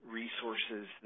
resources